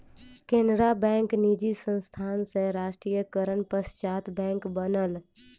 Canara bank निजी संस्थान सॅ राष्ट्रीयकरणक पश्चात बैंक बनल